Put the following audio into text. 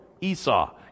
Esau